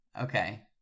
Okay